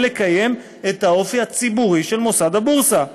לקיים את האופי הציבורי של מוסד הבורסה.